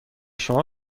شما